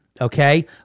Okay